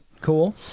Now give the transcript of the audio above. Cool